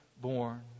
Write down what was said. born